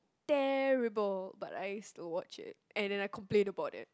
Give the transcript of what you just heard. terrible but I used to watch it and then I complain about them